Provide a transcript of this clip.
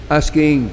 asking